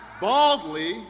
baldly